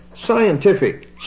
scientific